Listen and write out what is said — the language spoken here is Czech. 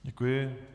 Děkuji.